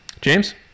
James